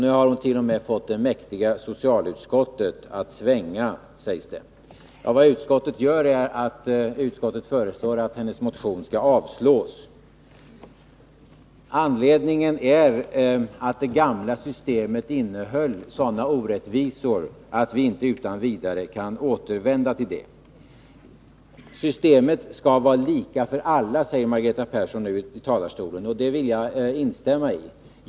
Nu har hon t.o.m. fått det mäktiga socialutskottet att svänga, sägs det. Vad utskottet gör är att det föreslår att hennes motion skall avslås. Anledningen är att det gamla systemet innehöll sådana orättvisor att vi inte utan vidare kan återvända till det. Systemet skall var lika för alla, säger Margareta Persson nu i talarstolen. Det instämmer jag i.